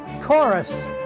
chorus